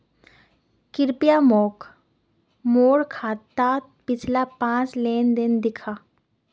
कृप्या मोक मोर खातात पिछला पाँच लेन देन दखा